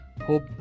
hope